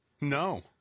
No